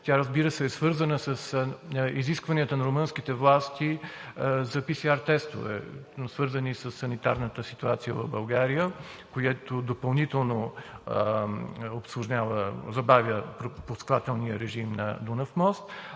Тя, разбира се, е свързана с изискванията на румънските власти за PCR тестове, свързани със санитарната ситуация в България, което допълнително забавя пропускателния режим на Дунав мост,